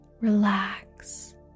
relax